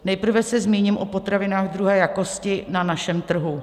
Nejprve se zmíním o potravinách druhé jakosti na našem trhu.